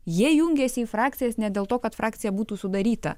jie jungiasi į frakcijas ne dėl to kad frakcija būtų sudaryta